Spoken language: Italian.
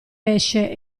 esce